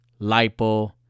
Lipo